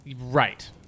Right